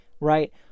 Right